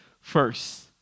first